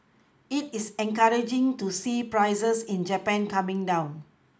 it is encouraging to see prices in Japan coming down